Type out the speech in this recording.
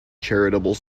charitable